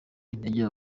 intege